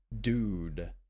dude